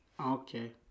Okay